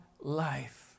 LIFE